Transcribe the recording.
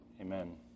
Amen